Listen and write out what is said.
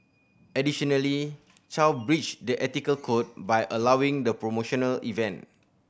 additionally Chow breached the ethical code by allowing the promotional event